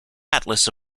atlas